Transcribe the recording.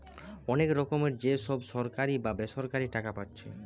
অনেক রকমের যে সব সরকারি বা বেসরকারি টাকা পাচ্ছে